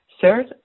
Third